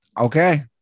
Okay